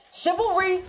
chivalry